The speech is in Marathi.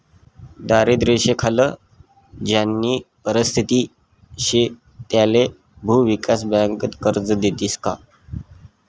दारिद्र्य रेषानाखाल ज्यानी परिस्थिती शे त्याले भुविकास बँका कर्ज देतीस का?